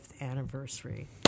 anniversary